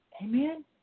Amen